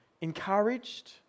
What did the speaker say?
encouraged